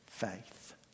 Faith